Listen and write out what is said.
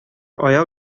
аяк